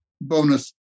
bonus